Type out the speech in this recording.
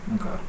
Okay